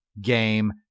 game